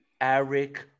Eric